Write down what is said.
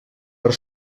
per